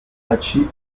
achieve